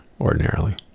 ordinarily